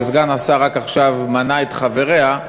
שסגן השר רק עכשיו מנה את חבריה,